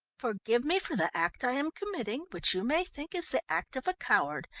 forgive me for the act i am committing, which you may think is the act of a coward,